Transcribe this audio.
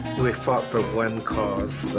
we fought for one cause.